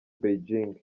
beijing